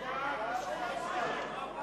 הצבעה עכשיו.